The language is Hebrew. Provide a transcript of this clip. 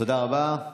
תודה רבה.